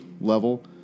level